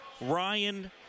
Ryan